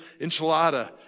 enchilada